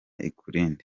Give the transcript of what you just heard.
ikurinde